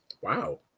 Wow